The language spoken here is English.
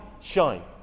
shine